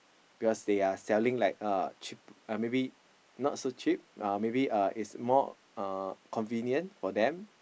because they are selling like uh cheap uh maybe not so cheap uh maybe uh is more uh convenient for them